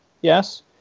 Yes